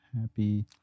happy